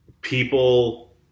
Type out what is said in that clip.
people